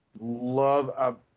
love